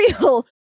real